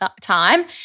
time